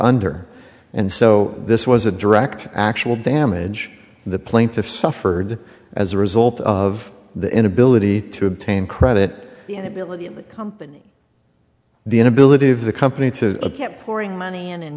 under and so this was a direct actual damage the plaintiff suffered as a result of the inability to obtain credit and ability of the company the inability of the company to kept pouring money and in